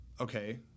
okay